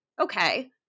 okay